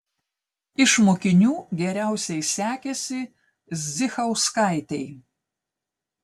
iš mokinių geriausiai sekėsi zdzichauskaitei